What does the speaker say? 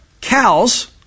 cows